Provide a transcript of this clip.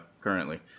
currently